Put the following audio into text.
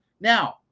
Now